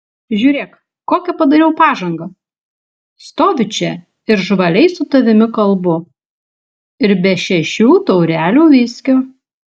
žiūrėk kokią padariau pažangą stoviu čia ir žvaliai su tavimi kalbu ir be šešių taurelių viskio